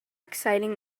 exciting